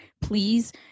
please